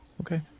Okay